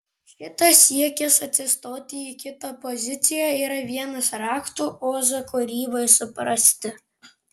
šitas siekis atsistoti į kito poziciją yra vienas raktų ozo kūrybai suprasti